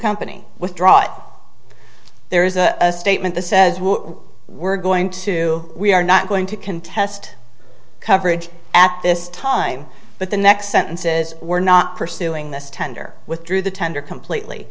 company withdraw it there is a statement that says who we're going to we are not going to contest coverage at this time but the next sentence says we're not pursuing this tender withdrew the tender completely